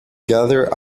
gather